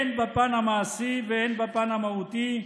הן בפן המעשי והן בפן המהותי,